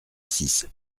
six